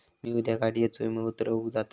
मी उद्या गाडीयेचो विमो उतरवूक जातलंय